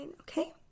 Okay